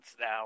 now